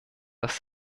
dass